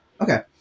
Okay